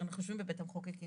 כשאנחנו יושבים בבית המחוקקים,